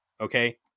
Okay